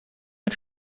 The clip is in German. mit